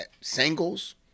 singles